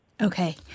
Okay